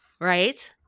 right